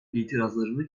itirazlarını